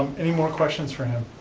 any more questions for him?